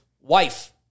wife